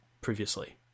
previously